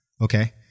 okay